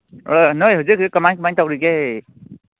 ꯅꯣꯏ ꯍꯧꯖꯤꯛ ꯍꯧꯖꯤꯛ ꯀꯃꯥꯏꯅ ꯀꯃꯥꯏꯅ ꯇꯧꯔꯤꯒꯦ